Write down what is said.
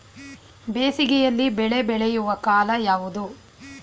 ಬೇಸಿಗೆ ಯಲ್ಲಿ ಬೆಳೆ ಬೆಳೆಯುವ ಕಾಲ ಯಾವುದು?